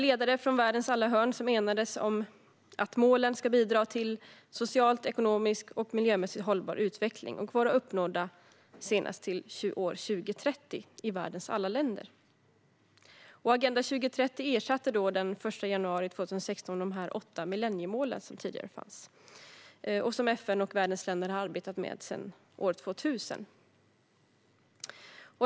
Ledare från världens alla hörn enades om att målen ska bidra till en socialt, ekonomiskt och miljömässigt hållbar utveckling och vara uppnådda senast 2030 i världens alla länder. Agenda 2030 ersatte den 1 januari 2016 de åtta millenniemål som FN och världens länder hade arbetat med sedan 2000.